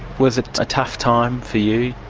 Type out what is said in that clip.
was it a tough time for you?